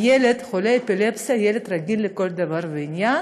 ילד חולה אפילפסיה הוא ילד רגיל לכל דבר ועניין